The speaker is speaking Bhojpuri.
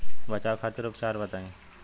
बचाव खातिर उपचार बताई?